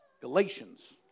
Galatians